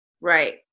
Right